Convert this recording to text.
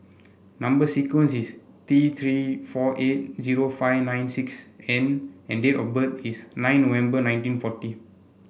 number sequence is T Three four eight zero five nine six N and date of birth is nine November nineteen forty